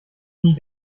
nie